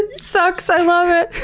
and it sucks! i love it.